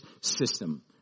system